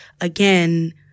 again